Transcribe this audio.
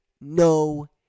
no